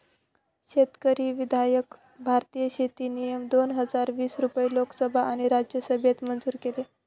शेतकरी विधायक भारतीय शेती नियम दोन हजार वीस मध्ये लोकसभा आणि राज्यसभेत मंजूर केलं